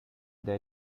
their